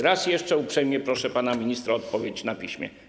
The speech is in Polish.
Raz jeszcze uprzejmie proszę pana ministra o odpowiedź na piśmie.